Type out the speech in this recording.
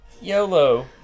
YOLO